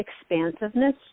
expansiveness